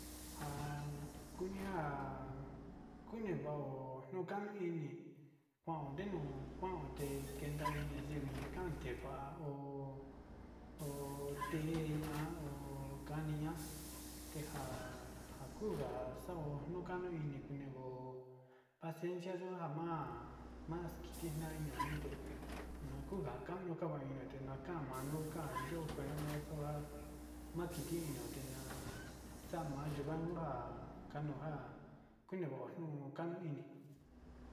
Ha kuni njan kuni va'ó nuika ini kuaon nuu konde kenda iin ñaivi kan te va'a o oteña ho kaniña tenja kakunga xaó, ho noka ini kuni vaó pasiencia kuu na'a ma'a, maxkiña oñaite njan kanu kainina tema'a kamanu kandeyo kuentami nuu maxa'ónga makini teñote tañaxamaoka nunga kanuja kunevao njun nukanuini.